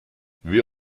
wie